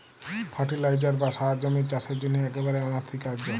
fertiliser বা সার জমির চাসের জন্হে একেবারে অনসীকার্য